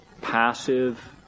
passive